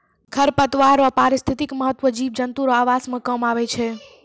खरपतवार रो पारिस्थितिक महत्व जिव जन्तु रो आवास मे काम आबै छै